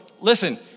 listen